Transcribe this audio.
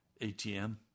ATM